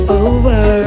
over